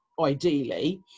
ideally